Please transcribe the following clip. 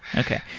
okay.